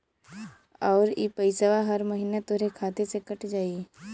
आउर इ पइसवा हर महीना तोहरे खाते से कट जाई